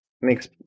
Makes